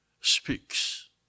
speaks